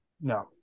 No